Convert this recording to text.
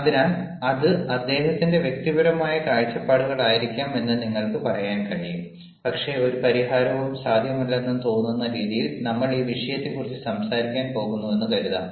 അതിനാൽ അത് അദ്ദേഹത്തിന്റെ വ്യക്തിപരമായ കാഴ്ചപ്പാടുകളായിരിക്കാം എന്ന് നിങ്ങൾക്ക് പറയാൻ കഴിയും പക്ഷേ ഒരു പരിഹാരവും സാധ്യമല്ലെന്ന് തോന്നുന്ന രീതിയിൽ നമ്മൾ ഈ വിഷയത്തെക്കുറിച്ച് സംസാരിക്കാൻ പോകുന്നുവെന്ന് കരുതാം